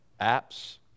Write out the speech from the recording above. Apps